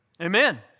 Amen